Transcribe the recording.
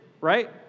right